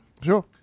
Sure